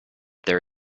there